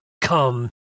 come